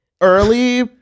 early